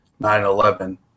9-11